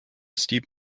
steep